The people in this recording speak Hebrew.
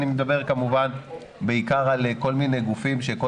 אני מדבר כמובן בעיקר על כל מיני גופים שכל